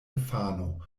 infano